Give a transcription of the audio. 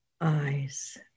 eyes